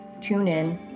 TuneIn